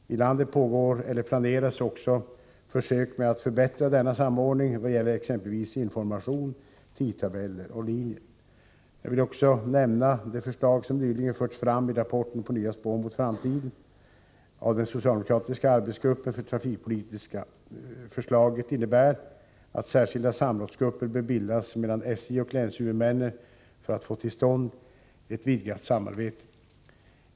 I landet pågår eller planeras också försök med att förbättra denna samordning vad gäller t.ex. information, tidtabeller och linjer. Jag vill också nämna det förslag som nyligen förts fram i rapporten ”På nya spår mot framtiden” av den socialdemokratiska arbetsgruppen för trafikpolitik. Förslaget innebär att särskilda samrådsgrupper bör bildas mellan SJ och länshuvudmännen för att få till stånd ett vidgat samarbete.